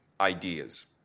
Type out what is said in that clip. ideas